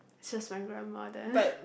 it's just my grandma there